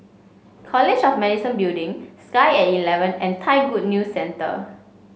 college of Medicine Building Sky at eleven and Thai Good News Centre